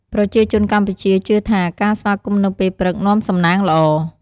ប្រជាជនកម្ពុជាជឿថា ការស្វាគមន៍នៅពេលព្រឹក នាំសំណាងល្អ។